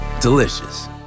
delicious